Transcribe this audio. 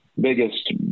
biggest